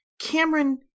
Cameron